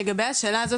לגבי השאלה הזאת,